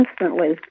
instantly